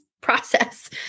process